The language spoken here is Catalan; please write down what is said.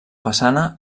façana